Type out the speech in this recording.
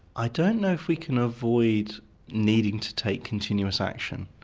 i don't know if we can avoid needing to take continuous action.